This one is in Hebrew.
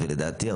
ולדעתי,